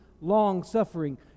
long-suffering